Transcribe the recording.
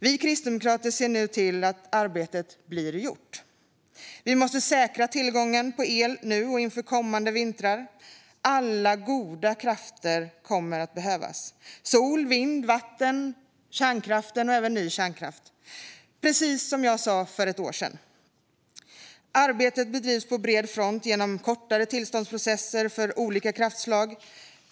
Vi kristdemokrater ser nu till att arbetet blir gjort. Vi måste säkra tillgången på el nu och inför kommande vintrar. Alla goda krafter kommer att behövas - sol, vind, vatten, kärnkraft och även ny kärnkraft - precis som jag sa för ett år sedan. Arbetet bedrivs på bred front genom kortare tillståndsprocesser för olika kraftslag.